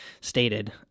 stated